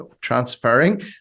transferring